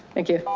thank you.